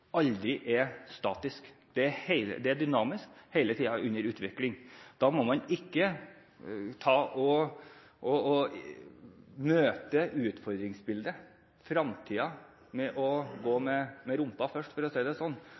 aldri er statisk. Det er dynamisk og hele tiden i utvikling. Da må man ikke møte utfordringsbildet, fremtiden, ved å gå med rumpa først – for å si det sånn